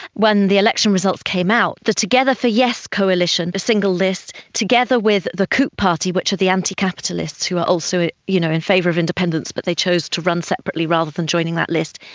when the election results came out, the together for yes coalition, the single list, together with the cup party, which are the anti-capitalists who are also you know in favour of independence but they chose to run separately rather than joining that list,